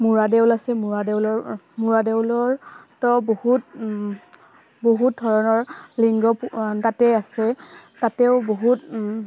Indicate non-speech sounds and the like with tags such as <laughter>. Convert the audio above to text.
মূৰা দেউল আছে মূৰা দেউলৰ মূৰা দেউলৰতো বহুত বহুত ধৰণৰ লিংগ <unintelligible> তাতেই আছে তাতেও বহুত